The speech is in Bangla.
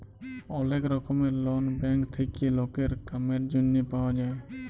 ওলেক রকমের লন ব্যাঙ্ক থেক্যে লকের কামের জনহে পাওয়া যায়